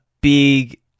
big